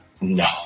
No